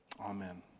Amen